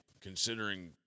considering